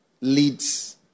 leads